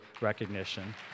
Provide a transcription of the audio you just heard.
recognition